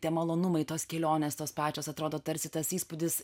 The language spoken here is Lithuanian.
tie malonumai tos kelionės tos pačios atrodo tarsi tas įspūdis